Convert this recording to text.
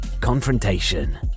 Confrontation